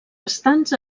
restants